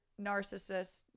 narcissist